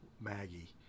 Maggie